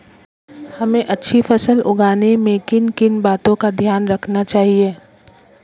हमें अच्छी फसल उगाने में किन किन बातों का ध्यान रखना चाहिए?